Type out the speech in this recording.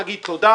שוב נאמר תודה,